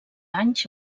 anys